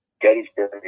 Gettysburg